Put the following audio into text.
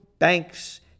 Banks